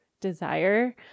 desire